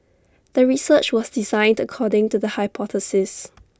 the research was designed according to the hypothesis